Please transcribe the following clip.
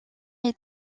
est